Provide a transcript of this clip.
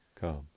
come